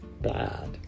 bad